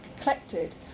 collected